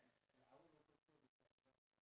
ya true